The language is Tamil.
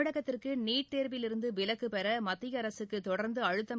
தமிழகத்திற்கு நீட் தேர்விலிருந்து விலக்கு பெற மத்திய அரசுக்கு தொடர்ந்து அழுத்தம்